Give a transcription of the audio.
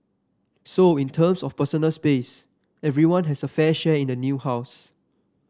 so in terms of personal space everyone has a fair share in the new house